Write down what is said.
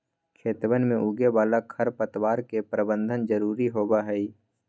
खेतवन में उगे वाला खरपतवार के प्रबंधन जरूरी होबा हई